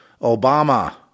Obama